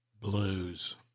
Blues